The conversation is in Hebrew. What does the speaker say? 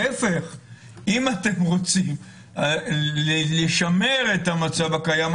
אם אתם רוצים לשמר את המצב הקיים,